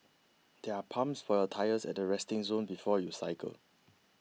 there are pumps for your tyres at the resting zone before you cycle